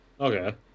Okay